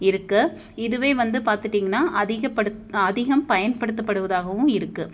இருக்குது இதுவே வந்து பார்த்துட்டீங்னா அதிக படுத்து அதிகம் பயன்படுத்தப்படுவதாகவும் இருக்குது